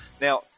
now